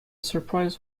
surprise